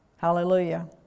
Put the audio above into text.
Hallelujah